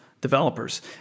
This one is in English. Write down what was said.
developers